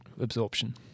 absorption